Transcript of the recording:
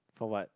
for what